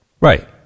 Right